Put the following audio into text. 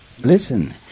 Listen